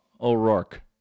O'Rourke